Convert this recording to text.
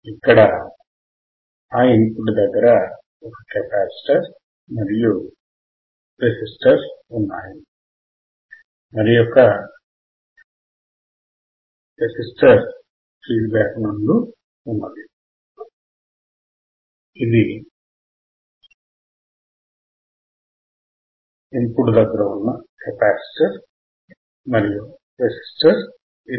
ఇక్కడ అ input దగ్గర ఒక కెపాసిటర్ మరియు రెసిస్టర్ ఉన్నాయి మరియొక రెసిస్టర్ ఫీడ్ బ్యాక్ నందు ఉన్నది